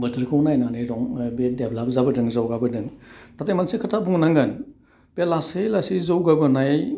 बोथोरखौ नायनानै रं बे देब्लाब जाबोदों जौगाबोदों थाथे मोनसे खोथा बुंनांगोन बे लासै लासै जौगाबौनाय